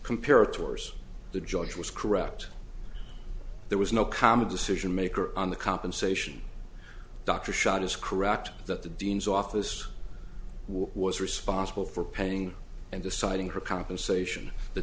compared to ours the judge was correct there was no comma decision maker on the compensation dr shot is correct that the dean's office was responsible for paying and deciding for compensation the